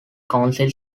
council